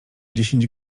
dziesięć